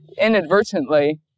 inadvertently